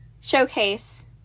showcase